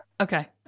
Okay